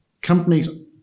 companies